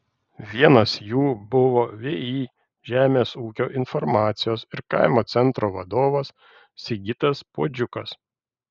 vienas jų buvo vį žemės ūkio informacijos ir kaimo centro vadovas sigitas puodžiukas